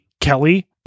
Kelly